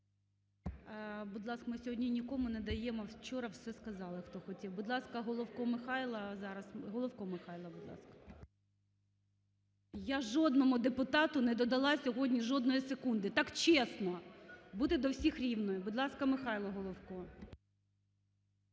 Будь ласка, ми сьогодні нікому не даємо, вчора все сказали, хто хотів. Будь ласка, Головко Михайло зараз. Головко Михайло, будь ласка. Я жодному депутату не додало сьогодні жодної секунди, так чесно – бути до всіх рівною. Будь ласка, Михайло Головко.